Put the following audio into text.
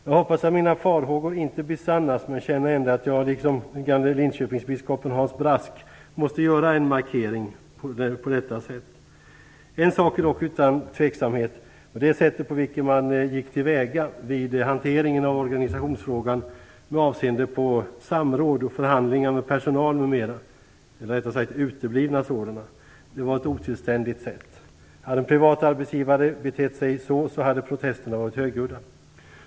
Jag hoppas att mina farhågor inte besannas, men känner ändå att jag liksom den gamle Linköpingsbiskopen Hans Brask måste göra en markering på detta sätt. En sak är dock utom tvivel, det är sättet på vilket man gick till väga vid hanteringen av organisationsfrågan med avseende på samråd och förhandlingar med personal, eller rättare sagt uteblivna sådana. Det var ett otillständigt sätt. Hade en privat arbetsgivare betett sig så hade protesterna varit högljudda.